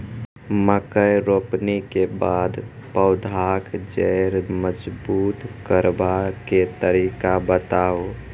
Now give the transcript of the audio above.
मकय रोपनी के बाद पौधाक जैर मजबूत करबा के तरीका बताऊ?